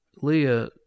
Leah